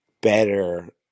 better